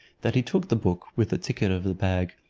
that he took the book, with the ticket of the bag,